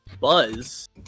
Buzz